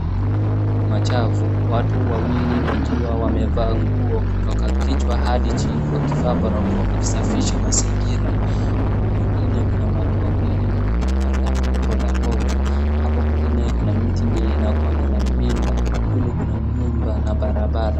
Machafu, watu wawili wakiwa wamevaa nguo kutoka kichwa hadi chini wakivaa barakoa wakisafisha mazingira, huku kwingine kuna watu wawili wenye wamepanda boda boda, hapa kwingine kuna mti yenye inakuanga na mimba, kule kuna nyumba na barabara.